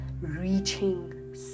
reaching